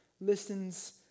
listens